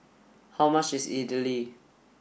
how much is Idly